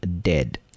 dead